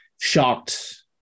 shocked